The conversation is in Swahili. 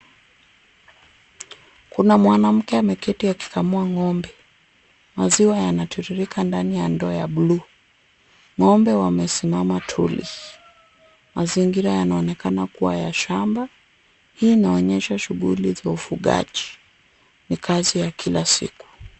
Kuna mwanamke ameketi akikamua ng'ombe. Maziwa yanatiririka ndani ya ndoo ya buluu. Ng'ombe wamesimama tuli. Mazingira yanaonekana kuwa ya shamba, hii inaonyesha shughuli za ufugaji. Ni kazi ya kila siku.